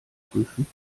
prüfen